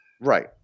right